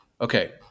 Okay